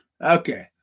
Okay